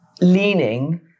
leaning